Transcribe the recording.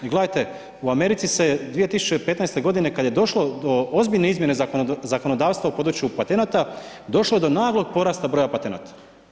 I gledajte u Americi se 2015. g. kada je došlo do ozbiljne izmjene zakonodavstva u području patenata, došlo je do naglog porasta broja patenata.